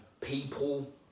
people